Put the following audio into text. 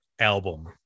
album